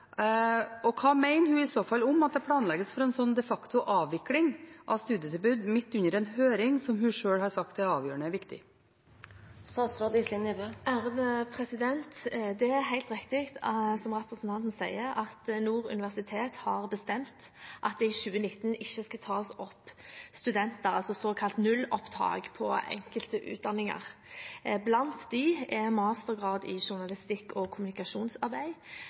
og hva mener hun i så fall om at det planlegges for en slik de facto avvikling av studietilbud midt under en høring hun selv har sagt blir avgjørende viktig?» Det er helt riktig, som representanten sier, at Nord universitet har bestemt at det i 2019 ikke skal tas opp studenter, altså såkalt nullopptak, på enkelte utdanninger. Blant dem er mastergrad i journalistikk og kommunikasjonsarbeid